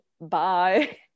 bye